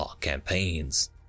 campaigns